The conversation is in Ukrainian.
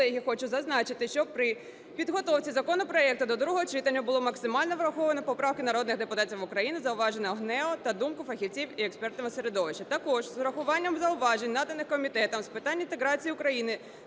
хочу зазначити, що при підготовці законопроекту до другого читання було максимально враховано поправки народних депутатів України, зауваження ГНЕУ та думки фахівців і експертного середовища. Також із врахуванням зауважень, наданих Комітетом з питань інтеграції України